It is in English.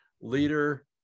leader